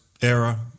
era